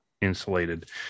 insulated